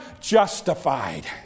justified